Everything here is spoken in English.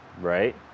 right